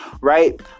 Right